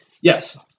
Yes